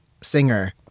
singer